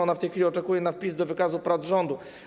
Ona w tej chwili oczekuje na wpis do wykazu prac rządu.